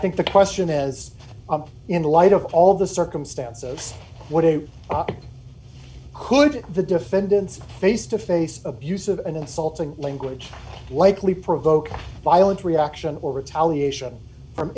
think the question is in light of all the circumstances what it could the defendant's face to face abusive and insulting language likely provoke violent reaction or retaliation from